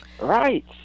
Right